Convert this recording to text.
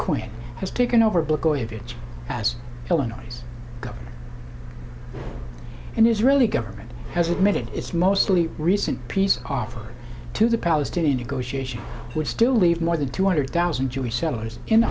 quinn has taken over because of it as illinois governor and israeli government has admitted it's mostly recent peace offer to the palestinian goshi asia would still leave more than two hundred thousand jewish settlers in